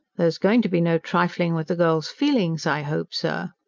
there's going to be no trifling with the girl's feelings, i hope, sir?